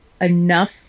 enough